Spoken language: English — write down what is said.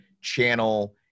channel